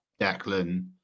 Declan